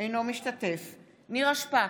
אינו משתתף בהצבעה נירה שפק,